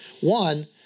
One